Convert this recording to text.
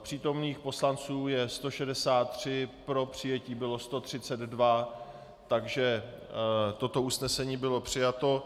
Přítomných poslanců je 163, pro přijetí bylo 132 , takže toto usnesení bylo přijato.